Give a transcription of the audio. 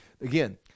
again